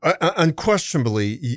Unquestionably